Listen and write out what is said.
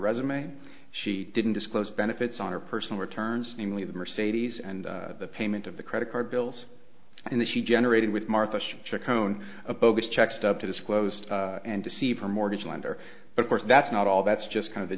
resume she didn't disclose benefits on her personal returns namely the mercedes and the payment of the credit card bills and that she generated with martha should check own a bogus check stub to disclosed and deceive her mortgage lender of course that's not all that's just kind of